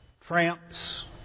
tramps